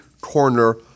corner